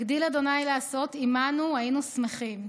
הגדיל ה' לעשות עִמנו היינו שמחים.